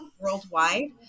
worldwide